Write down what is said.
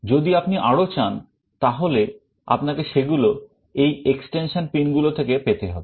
যদি আপনি আরো চান তাহলে আপনাকে সেগুলো এই extension pin গুলো থেকে পেতে হবে